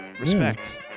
Respect